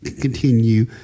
continue